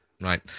Right